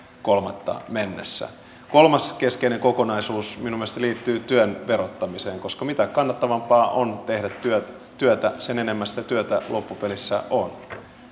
kolmatta mennessä kolmas keskeinen kokonaisuus minun mielestäni liittyy työn verottamiseen koska mitä kannattavampaa on tehdä työtä työtä sen enemmän sitä työtä loppupelissä on